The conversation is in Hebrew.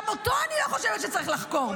גם אותו אני לא חושבת שצריך לחקור,